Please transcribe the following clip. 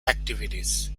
activities